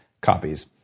copies